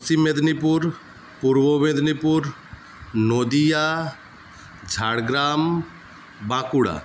Paschim Medinipur Purba Medinipur Nadia Jhargram Bankura